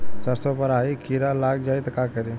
सरसो पर राही किरा लाग जाई त का करी?